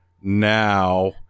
now